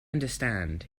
understand